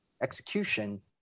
execution